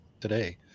today